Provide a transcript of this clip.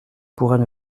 pourraient